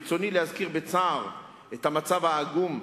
ברצוני להזכיר בצער את המצב העגום,